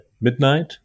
midnight